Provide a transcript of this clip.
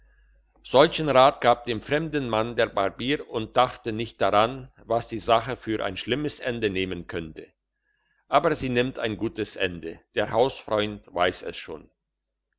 solchen rat gab dem fremden mann der barbier und dachte nicht daran was die sache für ein schlimmes ende nehmen könnte aber sie nimmt ein gutes ende der hausfreund weiss es schon